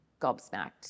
gobsmacked